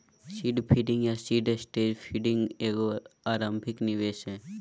seed funding या seed stage funding एगो आरंभिक निवेश हइ